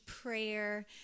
prayer